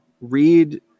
read